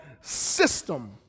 system